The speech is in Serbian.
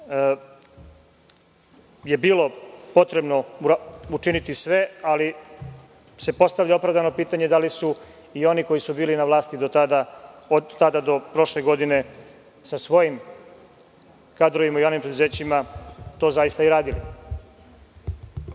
je bilo potrebno učiniti sve, ali se postavlja opravdano pitanje da li su oni koji su bili na vlasti tada do prošle godine, sa svojim kadrovima u javnim preduzećima, to zaista i